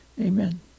amen